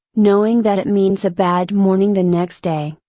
knowing that it means a bad morning the next day,